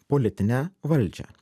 politinę valdžią